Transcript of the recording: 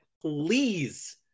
Please